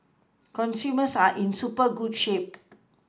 consumers are in super good shape